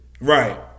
Right